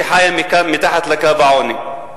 שחיה מתחת לקו העוני?